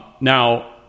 Now